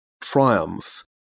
triumph